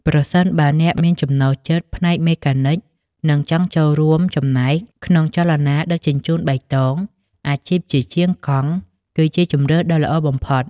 ប្រសិនបើអ្នកមានចំណូលចិត្តផ្នែកមេកានិក និងចង់ចូលរួមចំណែកក្នុងចលនាដឹកជញ្ជូនបៃតង អាជីពជាជាងកង់គឺជាជម្រើសដ៏ល្អបំផុត។